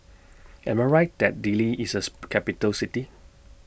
Am I Right that Dili IS as Capital City